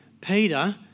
Peter